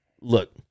Look